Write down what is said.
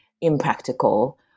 impractical